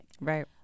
right